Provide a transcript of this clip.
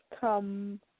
come